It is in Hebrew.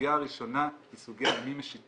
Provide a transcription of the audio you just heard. הסוגיה הראשונה היא הסוגיה על מי משיתים